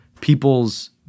people's